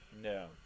No